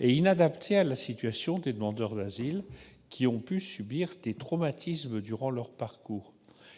et inadapté à la situation des demandeurs d'asile qui ont pu subir des traumatismes durant leur parcours.